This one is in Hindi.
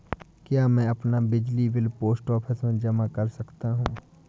क्या मैं अपना बिजली बिल पोस्ट ऑफिस में जमा कर सकता हूँ?